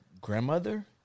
grandmother